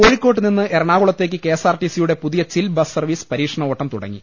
കോഴിക്കോട്ടു നിന്ന് എറണാകുളത്തേക്ക് K S R T C യുടെ പുതിയ ചിൽ ബസ് സർവീസ് പരീക്ഷണ ഓട്ടം തുട ങ്ങി